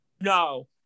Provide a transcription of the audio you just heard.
No